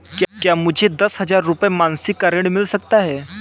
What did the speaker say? क्या मुझे दस हजार रुपये मासिक का ऋण मिल सकता है?